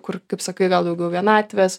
kur kaip sakai gal daugiau vienatvės